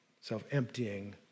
self-emptying